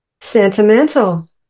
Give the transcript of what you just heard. sentimental